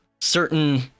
certain